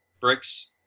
bricks